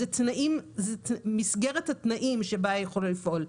זאת מסגרת התנאים שבה הוא יכול לפעול.